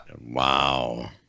Wow